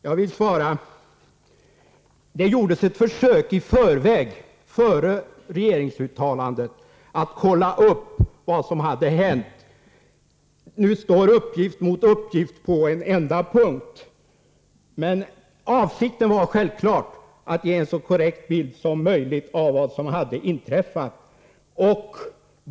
Jag vill svara: Det gjordes ett försök att före regeringsuttalandet kolla vad som hade hänt. Nu står uppgift mot uppgift på en enda punkt. Avsikten var självfallet att ge en så korrekt bild som möjligt av vad som hade inträffat.